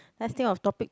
let's think of topic to